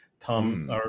Tom